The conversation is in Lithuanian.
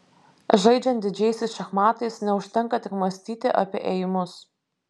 žaidžiant didžiaisiais šachmatais neužtenka tik mąstyti apie ėjimus